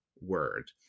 word